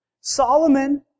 Solomon